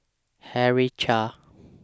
Henry Chia